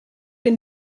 been